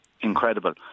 incredible